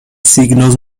signos